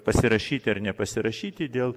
pasirašyti ar nepasirašyti dėl